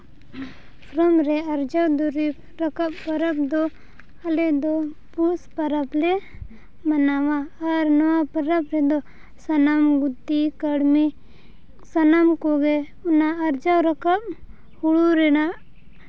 form ᱨᱮ ᱟᱨᱡᱟᱣ ᱫᱩᱨᱤᱵᱽ ᱨᱟᱠᱟᱵ ᱯᱚᱨᱚᱵᱽ ᱫᱚ ᱟᱞᱮ ᱫᱚ ᱯᱩᱥ ᱯᱚᱨᱚᱵᱽ ᱞᱮ ᱢᱟᱱᱟᱣᱟ ᱟᱨ ᱱᱚᱣᱟ ᱯᱚᱨᱚᱵᱽ ᱨᱮᱫᱚ ᱥᱟᱱᱟᱢ ᱜᱩᱛᱤ ᱠᱟᱹᱲᱢᱤ ᱥᱟᱱᱟᱢ ᱠᱚᱜᱮ ᱚᱱᱟ ᱟᱨᱡᱟᱣ ᱨᱟᱠᱟᱵ ᱦᱩᱲᱩ ᱨᱮᱱᱟᱜ